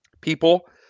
people